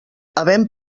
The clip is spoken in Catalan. havent